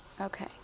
Okay